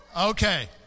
Okay